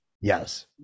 yes